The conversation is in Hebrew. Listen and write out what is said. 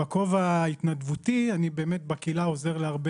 בכובע ההתנדבותי אני באמת בקהילה עוזר להרבה